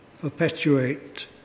perpetuate